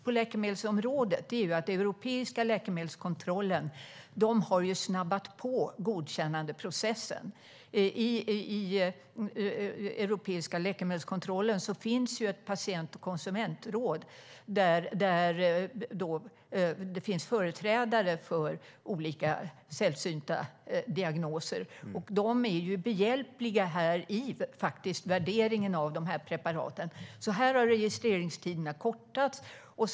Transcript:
På läkemedelsområdet har den europeiska läkemedelskontrollen nämligen snabbat på godkännandeprocessen. Det finns ett patient och konsumentråd inom den europeiska läkemedelskontrollen där det finns företrädare för olika sällsynta diagnoser. De är behjälpliga i värderingen av de här preparaten. Registreringstiderna har kortats där.